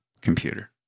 computer